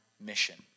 mission